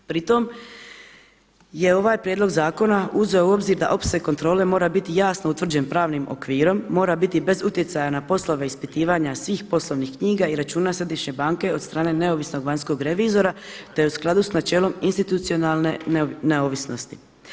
Pri tome je ovaj prijedlog zakona uzeo u obzir da opseg kontrole mora biti jasno utvrđen pravnim okvirom, mora biti bez utjecaja na poslove ispitivanja svih poslovnih knjiga i računa središnje banke od strane neovisnog vanjskog revizora te u skladu sa načelom institucionalne neovisnosti.